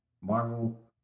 marvel